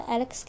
Alex